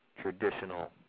traditional –